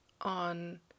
on